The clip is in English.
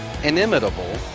inimitable